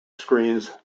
screens